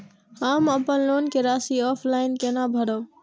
हम अपन लोन के राशि ऑफलाइन केना भरब?